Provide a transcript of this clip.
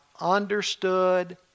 understood